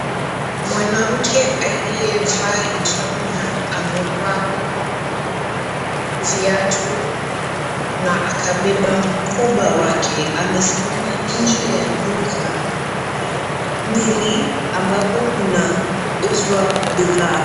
Mwanamke aliyevaa hijabu na amevaa viatu na akabeba mkoba wake. Amesimama nje ya duka ambapo kunauzwa bidhaa.